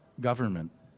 government